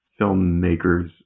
filmmakers